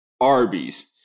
Arby's